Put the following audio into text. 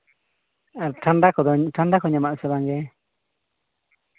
ᱟᱨ ᱴᱷᱟᱱᱰᱟ ᱠᱚᱫᱚ ᱴᱷᱟᱱᱰᱟ ᱠᱚ ᱧᱟᱢᱚᱜ ᱟᱥᱮ ᱵᱟᱝ ᱜᱮ